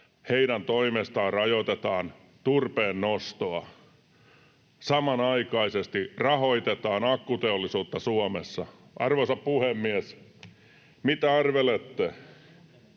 heidän toimestaan rajoitetaan turpeen nostoa. Samanaikaisesti rahoitetaan akkuteollisuutta Suomessa. Arvoisa puhemies, mitä arvelette,